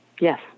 yes